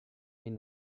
mean